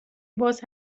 باز